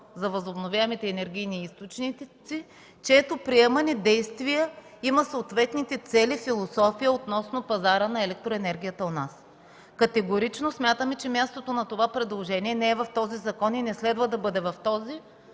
за възобновяемите енергийни източници, чието приемане и действия имат съответните цели и философия относно пазара на електроенергия в страната. Категорично смятаме, че мястото на това предложение не е в този закон и не следва да бъде там, както